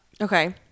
Okay